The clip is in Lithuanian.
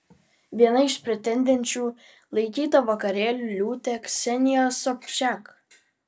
viena iš pretendenčių laikyta vakarėlių liūtė ksenija sobčiak